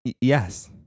Yes